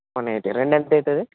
one eighty రెండు ఎంత అవుతుంది